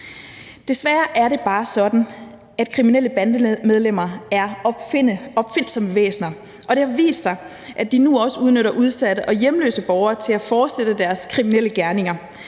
Desværre er det bare sådan, at kriminelle bandemedlemmer er opfindsomme væsener, og det har vist sig, at de nu også udnytter udsatte og hjemløse borgere til at fortsætte deres kriminelle gerninger.